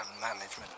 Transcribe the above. management